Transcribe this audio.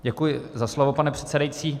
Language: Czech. Děkuji za slovo, pane předsedající.